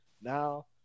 Now